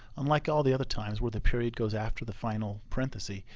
unlike all the other times where the period goes after the final parenthesis,